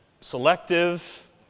selective